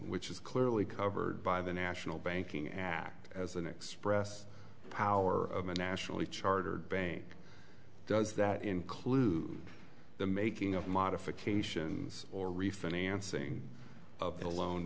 which is clearly covered by the national banking act as an express power of a nationally chartered bank does that include the making of modifications or refinancing of the loan